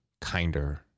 kinder